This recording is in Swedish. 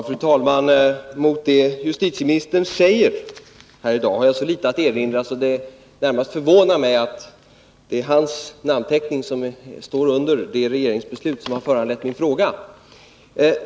Fru talman! Mot det justitieministern säger här i dag har jag så litet att erinra att det närmast förvånar mig att det är hans namnteckning som står under de regeringsbeslut som har föranlett min fråga.